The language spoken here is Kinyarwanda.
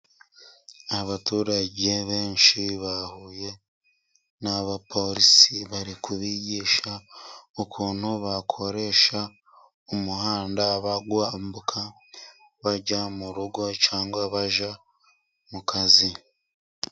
Abaturage benshi bahuye n'abapolisi bari kubigisha ukuntu bakoresha umuhanda, bawambuka bajya mu rugo cyangwa bajya mu kazi.